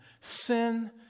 Sin